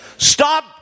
Stop